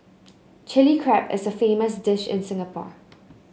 Chilli Crab is a famous dish in Singapore